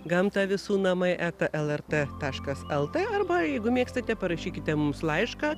gamta visų namai eta lrt taškas lt arba jeigu mėgstate parašykite mums laišką